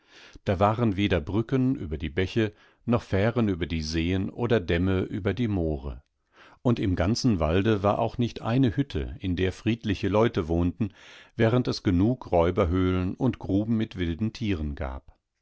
da waren weder brücken über die bäche noch fähren über die seen oder dämme über die moore und im ganzen walde war auch nicht eine hütte in der friedliche leute wohnten während es genug räuberhöhlen und gruben mit wilden tieren gab